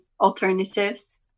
alternatives